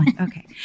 Okay